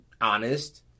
honest